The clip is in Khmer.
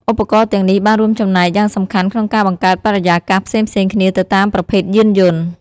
ឧបករណ៍ទាំងនេះបានរួមចំណែកយ៉ាងសំខាន់ក្នុងការបង្កើតបរិយាកាសផ្សេងៗគ្នាទៅតាមប្រភេទយានយន្ត។